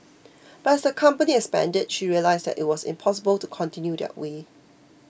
but as the company expanded she realised that it was impossible to continue that way